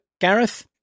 Gareth